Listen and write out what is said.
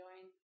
join